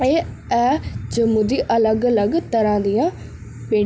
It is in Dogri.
एह् ऐ जम्मू दियां अलग अलग तरह दियां पेंटिंगां